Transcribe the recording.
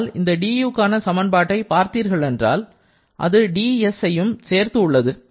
ஆனால் இந்த duக்கான சமன்பாட்டை பார்த்தீர்களென்றால் அது dsஐயும் சேர்த்து உள்ளது